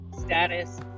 status